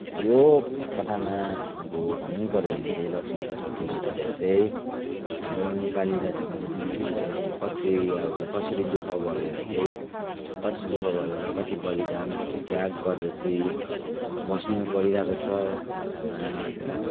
यो कथामा अब भन्नैपर्यो भने चाहिँ लक्ष्मीप्रसाद देवकोटाले चाहिँ हाम्रो नेपाली जातिको मान्छेहरू चाहिँ कसरी अब कसरी दु ख गरेर चाहिँ कति दु ख गरेर कति बलिदान कति त्याग गरेर चाहिँ बस्नु परिरहेको छ संसारमा भनेर